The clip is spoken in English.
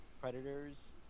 predators